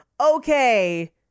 okay